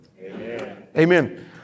Amen